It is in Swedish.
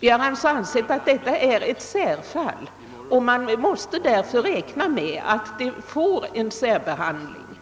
Vi har alltså ansett att vårdutbildningen är ett särfall och att man måste räkna med att den får en särbehandling.